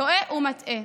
טועה ומטעה.